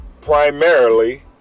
primarily